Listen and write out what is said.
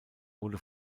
wurde